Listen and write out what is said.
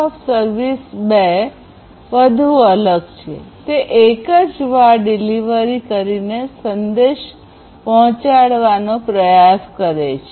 QoS2 વધુ અલગ છે તે એકજવાર ડિલિવરી કરીને સંદેશ પહોંચાડવા પ્રયાસ કરે છે